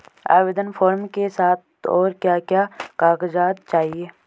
आवेदन फार्म के साथ और क्या क्या कागज़ात चाहिए?